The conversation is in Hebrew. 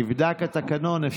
נבדק התקנון.